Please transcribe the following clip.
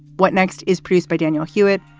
what next? is piece by daniel hewat,